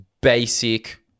basic